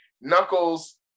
Knuckles